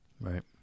Right